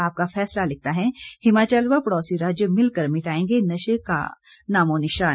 आपका फैसला लिखता है हिमाचल व पड़ोसी राज्य मिलकर मिटाएंगे नशे का नामोनिशान